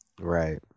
Right